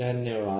धन्यवाद